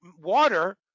water